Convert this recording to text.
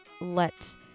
let